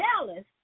jealous